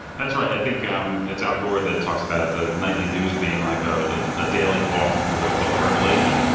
that's right. i think um it's al gore that talks about the nightly news being like a ah ah daily walk through the book of revelation.